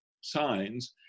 signs